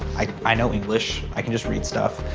i i know english. i can just read stuff.